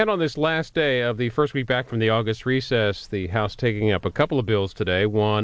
and on this last day of the first week back from the august recess the house taking up a couple of bills today one